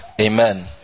amen